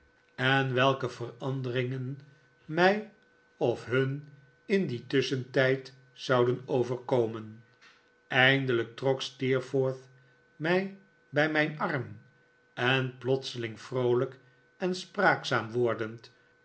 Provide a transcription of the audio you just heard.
en welke veranderindavid copper field gen mij of hun in dien tusschentjid zouden overkomen eindelijk trok steerforth mij bij mijn arm en plotseling vroolijk en spraakzaam wordend